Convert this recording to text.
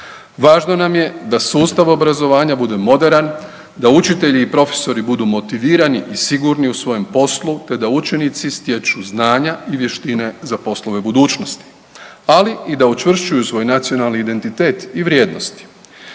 Važno nam je da sustav obrazovanja bude moderan, da učitelji i profesori budu motivirani i sigurni u svojem poslu te da učenici stječu znanja i vještine za poslove budućnosti, ali i da učvršćuju svoj nacionalni identitet i vrijednosti.